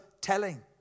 telling